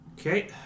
Okay